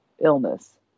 illness